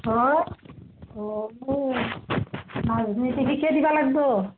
দিব লাগিব